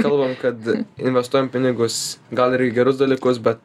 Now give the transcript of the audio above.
kalbam kad investuojam pinigus gal ir į gerus dalykus bet